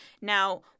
now